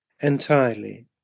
entirely